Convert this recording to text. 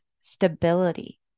stability